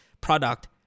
product